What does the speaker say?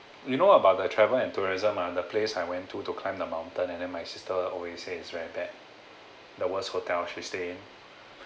you know about the travel and tourism ah the place I went to to climb the mountain and then my sister always say it's very bad that was hotel she stay in